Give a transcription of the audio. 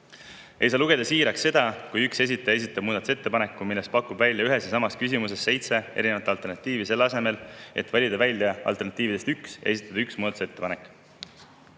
Ei saa lugeda siiraks seda, kui üks esitaja esitab muudatusettepaneku, milles pakub ühes ja samas küsimuses välja seitse alternatiivi, selle asemel et valida alternatiividest välja üks ja esitada üks muudatusettepanek.